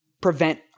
prevent